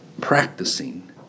practicing